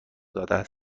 داده